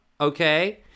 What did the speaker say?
Okay